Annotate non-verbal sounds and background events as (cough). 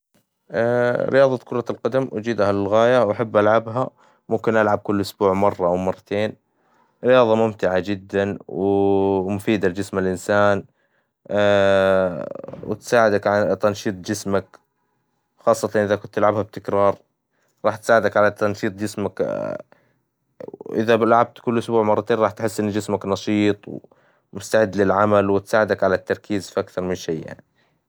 (hesitation) رياظة كرة القدم أجيدها للغاية وأحب ألعبها، ممكن ألعب كل أسبوع مرة أو مرتين، رياظة ممتعة جدا، و (hesitation) مفيدة لجسم الانسان، (hesitation) وتساعدك على تنشيط جسمك، خاصة إذا كنت تلعبها بتكرار، راح تساعدك على تنشيط جسمك (hesitation) إذا لعبت كل أسبوع مرتين راح تحس إن جسمك نشيط ومستعد للعمل، وتساعدك على التركيز في أكثر من شي يعني.